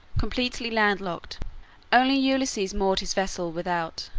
completely land-locked only ulysses moored his vessel without.